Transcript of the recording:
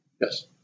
Yes